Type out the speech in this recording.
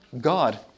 God